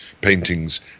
paintings